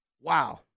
Wow